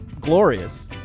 glorious